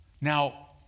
Now